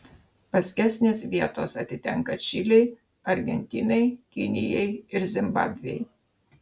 paskesnės vietos atitenka čilei argentinai kinijai ir zimbabvei